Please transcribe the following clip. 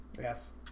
Yes